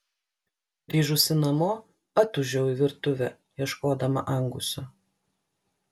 grįžusi namo atūžiau į virtuvę ieškodama anguso